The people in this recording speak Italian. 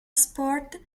sport